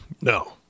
No